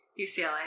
UCLA